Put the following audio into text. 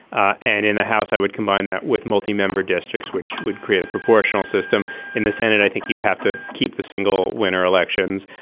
ah and in the house i would combine that. with multi-member districts, which would create a proportional system in the senate, i think you'd have to keep the single winner elections.